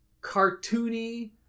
cartoony